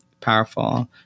powerful